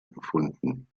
gefunden